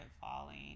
falling